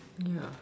yeah